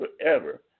forever